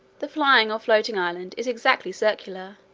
the flying or floating island is exactly circular,